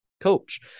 coach